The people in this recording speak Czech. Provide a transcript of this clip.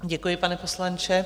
Děkuji, pane poslanče.